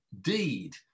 deed